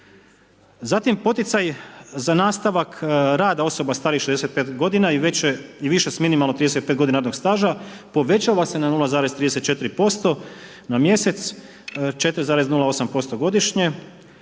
Zatim poticaji za nastavak rada osoba starijih od 65 godina i više s minimalno 35 godina radnog staža povećava se na 0,34% na mjesec, 4,08% godišnje